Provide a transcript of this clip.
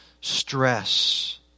stress